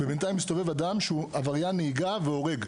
ובינתיים מסתובב אדם שהוא עבריין נהיגה והורג.